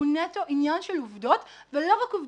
הסיווג הוא נטו עניין של עובדות ולא רק עובדות.